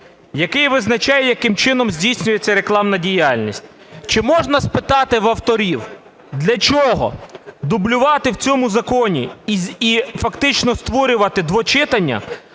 який визначає, яким чином здійснюється рекламна діяльність. Чи можна спитати в авторів, для чого дублювати в цьому законі і фактично створювати двочитання